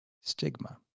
stigma